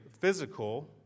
physical